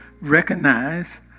recognize